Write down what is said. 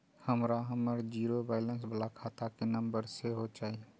हमरा हमर zero balance बाला खाता के नम्बर सेहो चाही